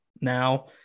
now